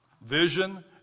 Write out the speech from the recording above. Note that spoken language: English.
vision